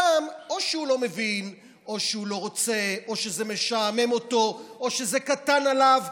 שם או שהוא לא מבין או שהוא לא רוצה או שזה משעמם אותו או שזה קטן עליו,